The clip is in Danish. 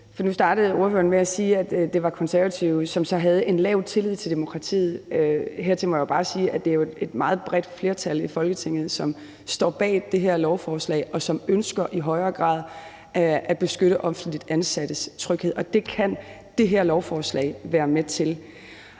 Nu startede ordføreren med at sige, at det var Konservative, som havde en lav tillid til demokratiet. Hertil må jeg bare sige, at det jo er et meget bredt flertal i Folketinget, som står bag det her lovforslag, og som ønsker i højere grad at beskytte offentligt ansattes tryghed, og det kan det her lovforslag være med til.